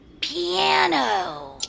Piano